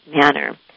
manner